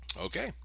okay